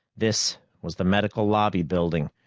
this was the medical lobby building,